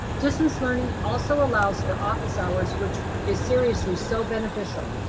distance learning also allows for office hours, which is seriously so beneficial.